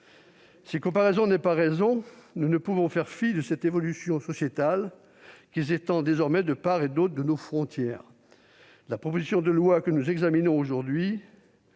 Si comparaison n'est pas raison, nous ne pouvons pas faire fi de cette évolution sociétale, qui s'étend désormais de part et d'autre de nos frontières. La proposition de loi que nous examinons aujourd'hui